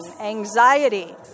anxiety